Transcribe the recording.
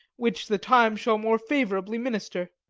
which the time shall more favourably minister.